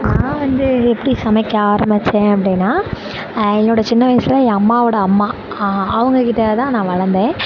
நான் வந்து எப்படி சமைக்க ஆரம்பித்தேன் அப்படின்னா என்னோட சின்ன வயசில் என் அம்மாவோட அம்மா அவங்கக்கிட்ட தான் நான் வளர்ந்தேன்